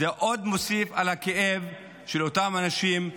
זה מוסיף עוד על הכאב של אותם אנשים,